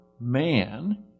man